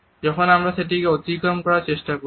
যখন আমরা সেটিকে অতিক্রম করার চেষ্টা করি